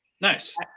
Nice